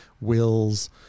wills